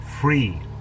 free